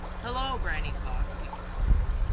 hello, granny fox! he exclaimed.